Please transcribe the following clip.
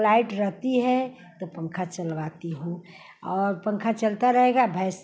light रहती है तो पंखा चलवाती हूँ और पंखा चलता रहेगा भैंस